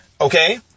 Okay